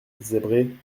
zébré